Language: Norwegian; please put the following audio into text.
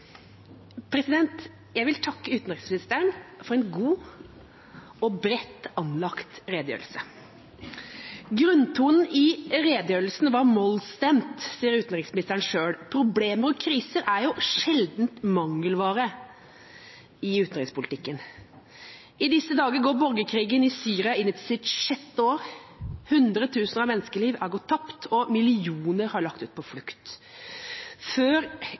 Jeg vil takke utenriksministeren for en god og bredt anlagt redegjørelse. «Grunntonen i årets redegjørelse er mollstemt,» sa utenriksministeren selv. Problemer og kriser er sjelden mangelvare i utenrikspolitikken. I disse dager går borgerkrigen i Syria inn i sitt sjette år, hundretusener av menneskeliv har gått tapt, og millioner har lagt på flukt. Før